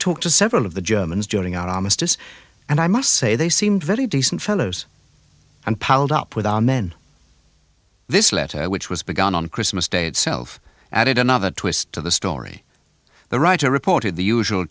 talked to several of the germans during our armistice and i must say they seem very decent fellows and piled up with our men this letter which was begun on christmas day itself added another twist to the story the writer reported the usual